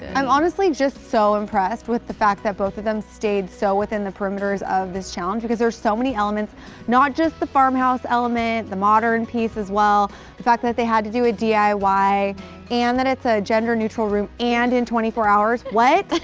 i'm honestly just so impressed with the fact that both of them stayed so within the perimeters of this challenge because there's so many elements not just the farmhouse element the modern piece as well the fact that they had to do a diy and then it's a gender-neutral room and in twenty four hours. what?